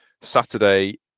Saturday